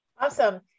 Awesome